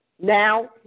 Now